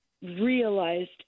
realized